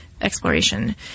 Exploration